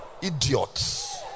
idiots